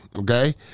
Okay